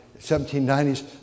1790s